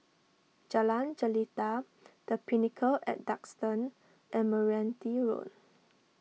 Jalan Jelita the Pinnacle at Duxton and Meranti Road